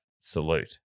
salute